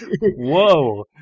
Whoa